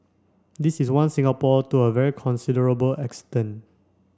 this is one Singapore to a very considerable extent